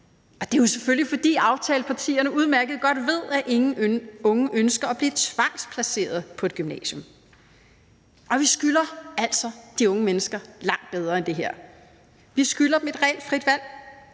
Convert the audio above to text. Det er jo selvfølgelig, fordi aftalepartierne udmærket godt ved, at ingen unge ønsker at blive tvangsplaceret på et gymnasium. Vi skylder altså de unge mennesker noget langt bedre end det her; vi skylder dem et reelt frit valg,